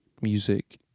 music